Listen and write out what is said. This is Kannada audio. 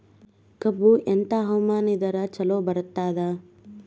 ಕಬ್ಬು ಎಂಥಾ ಹವಾಮಾನ ಇದರ ಚಲೋ ಬರತ್ತಾದ?